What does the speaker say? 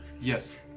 Yes